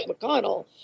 McConnell